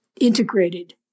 integrated